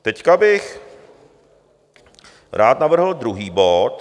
Teď bych rád navrhl druhý bod.